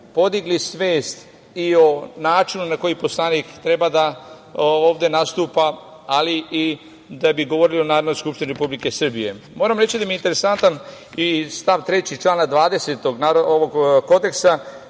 podigli svest i o načinu na koji poslanik treba ovde da nastupa, ali i da bi govorili o Narodnoj skupštini Republike Srbije. Moram reći da mi je interesantan i stav 3. člana 20. ovog kodeksa,